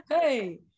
hey